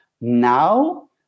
Now